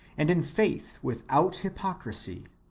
and in faith without hypocrisy,